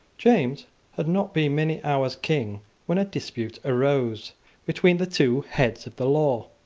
james had not been many hours king when a dispute arose between the two heads of the law.